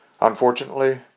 Unfortunately